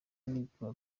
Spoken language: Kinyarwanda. n’ibipimo